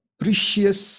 precious